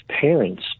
parents